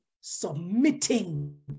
submitting